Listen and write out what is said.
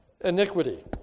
iniquity